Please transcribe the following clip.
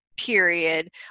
period